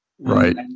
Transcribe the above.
Right